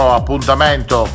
appuntamento